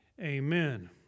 Amen